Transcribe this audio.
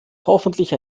hoffentlich